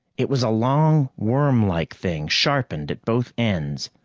it was a long, worm-like thing, sharpened at both ends,